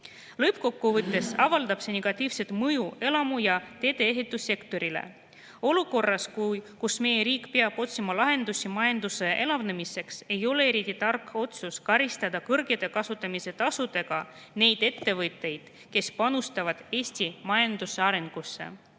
Lõppkokkuvõttes avaldab see negatiivset mõju elamu‑ ja tee-ehitussektorile. Olukorras, kus meie riik peab otsima lahendusi majanduse elavdamiseks, ei ole eriti tark otsus karistada kõrgete kasutamistasudega neid ettevõtteid, kes panustavad Eesti majanduse arengusse.